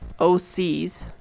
OCs